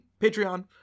Patreon